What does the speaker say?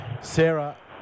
sarah